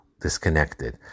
disconnected